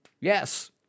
Yes